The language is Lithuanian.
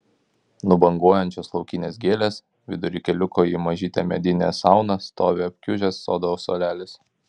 nubanguojančios laukinės gėlės vidury keliuko į mažytę medinę sauną stovi apkiužęs sodo suolelis